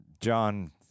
John